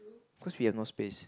because we have no space